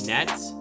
Nets